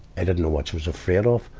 i didn't know what she was afraid of,